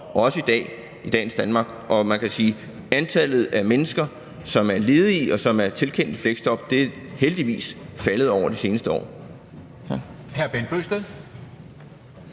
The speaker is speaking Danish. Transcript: også i dagens Danmark, og man kan sige, at antallet af mennesker, som er ledige, og som er tilkendt et fleksjob, heldigvis er faldet over de seneste år.